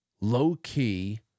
low-key